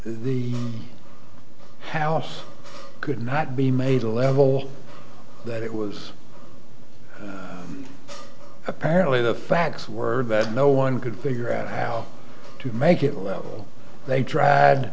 the house could not be made a level that it was apparently the facts were that no one could figure out how to make it well they tried